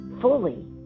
fully